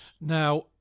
Now